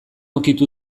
ukitu